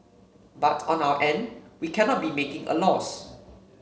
but on our end we cannot be making a loss